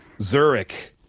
Zurich